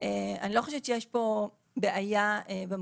זה לא ש-24 שעות המקום